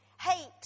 Hate